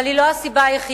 אבל היא לא הסיבה היחידה.